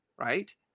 right